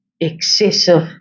excessive